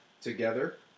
together